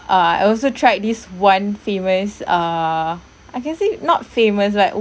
uh I also tried this one famous err I can say not famous like